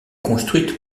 construite